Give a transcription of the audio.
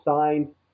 signed